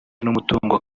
n’umutungo